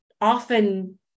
often